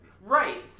Right